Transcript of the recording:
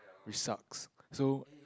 which sucks so